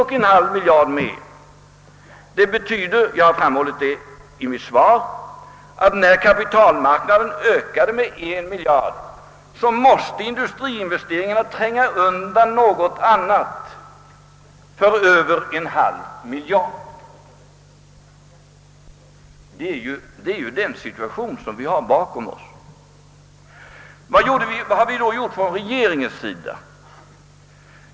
Jag anförde vidare att industriinvesteringarna, eftersom kapitalmarknaden ökar med en miljard kronor, måste tränga undan andra investeringsobjekt för en halv miljard kronor. Det är denna situation som man har att räkna med. Vad har då gjorts från regeringens sida?